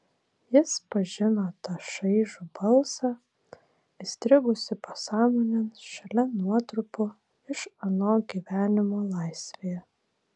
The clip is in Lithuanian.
jis pažino tą šaižų balsą įstrigusį pasąmonėn šalia nuotrupų iš ano gyvenimo laisvėje